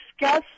discuss